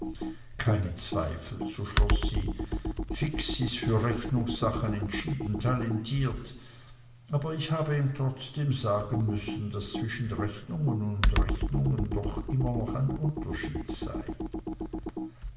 kein zweifel so schloß sie fix ist für rechnungssachen entschieden talentiert aber ich habe ihm trotzdem sagen müssen daß zwischen rechnungen und rechnungen doch immer noch ein unterschied sei